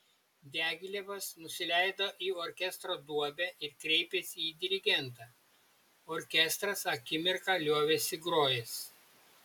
diagilevas nusileido į orkestro duobę ir kreipėsi į dirigentą orkestras akimirką liovėsi grojęs